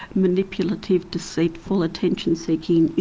manipulative, deceitful, attention-seeking, you